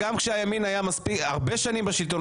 גם כשהימין היה הרבה שנים בשלטון,